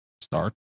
Start